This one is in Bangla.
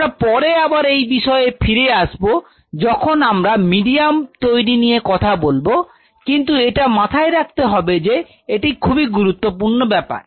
আমরা পরে আবার এই বিষয়ে ফিরে আসবো যখন আমরা মিডিয়াম তৈরি নিয়ে কথা বলব কিন্তু এটা মাথায় রাখতে হবে যে এটি খুবই গুরুত্বপূর্ণ ব্যাপার